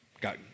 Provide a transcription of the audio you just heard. got